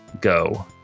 go